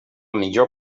millor